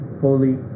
holy